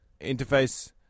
Interface